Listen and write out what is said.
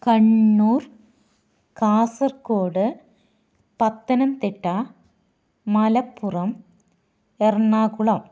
Kannur Kasaragod Pathanamthitta Malappuram Ernakulam